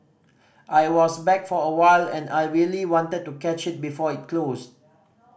I was back for a while and I really wanted to catch it before it closed